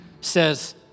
says